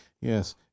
Yes